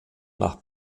nach